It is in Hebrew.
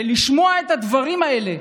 לשמוע את הדברים האלה,